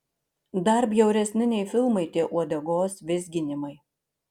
dar bjauresni nei filmai tie uodegos vizginimai